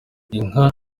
inka